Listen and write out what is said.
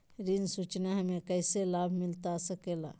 ऋण सूचना हमें कैसे लाभ मिलता सके ला?